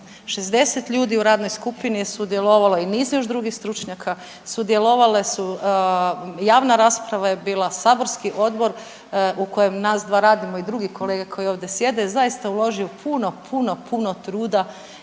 60 ljudi u radnoj skupini je sudjelovalo i niz još drugih stručnjaka sudjelovale su, javna rasprava je bila, saborski odbor u kojem nas dva radimo i drugi kolega koji ovdje sjede zaista uložio puno, puno, puno truda